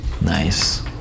Nice